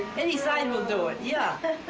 any side will do it, yeah.